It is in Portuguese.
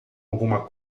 alguma